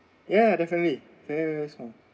ya ya ya definitely definitely this one